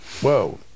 Whoa